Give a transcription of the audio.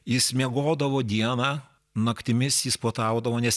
jis miegodavo dieną naktimis jis puotaudavo nes